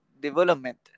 development